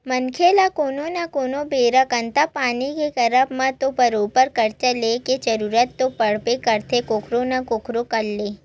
मनखे ल कोनो न कोनो बेरा धंधा पानी के करब म तो बरोबर करजा लेके जरुरत तो पड़बे करथे कखरो न कखरो करा ले